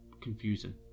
confusing